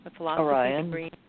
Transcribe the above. Orion